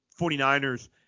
49ers